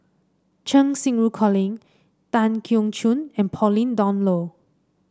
Cheng Xinru Colin Tan Keong Choon and Pauline Dawn Loh